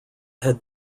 had